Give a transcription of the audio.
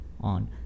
on